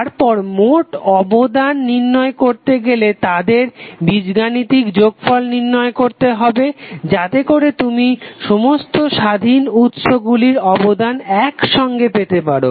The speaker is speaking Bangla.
তারপর মোট অবদান নির্ণয় করতে গেলে তাদের বীজগাণিতিক যোগফল নির্ণয় করতে হবে যাতে করে তুমি সমস্ত স্বাধীন উৎস গুলির অবদান একসঙ্গে পেতে পারো